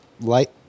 Light